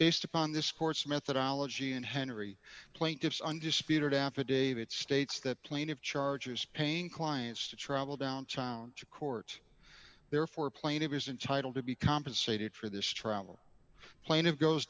based upon this court's methodology and henery plaintiff's undisputed affidavit states that plane of charge is paying clients to travel downtown to court therefore plaintive is entitle to be compensated for this travel plan of goes